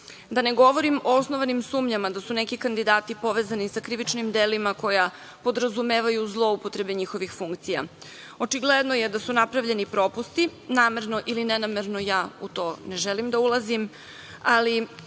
Da ne govorim o osnovanim sumnjama da su neki kandidati povezani sa krivičnim delima koja podrazumevaju zloupotrebe njihovih funkcija. Očigledno je da su napravljeni propusti, namerno ili ne namerno ja u to ne želim da ulazim, ali